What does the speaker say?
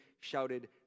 shouted